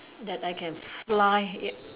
that I can fly err